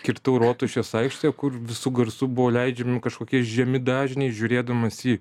kirtau rotušės aikštę kur visu garsu buvo leidžiami kažkokie žemi dažniai žiūrėdamas į